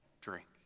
drink